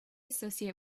associate